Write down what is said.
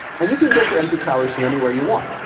and you can get your empty calories from anywhere you want.